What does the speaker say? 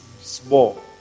small